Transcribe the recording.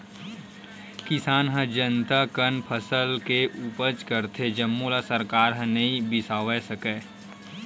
किसान ह जतना कन फसल के उपज करथे जम्मो ल सरकार ह नइ बिसावय सके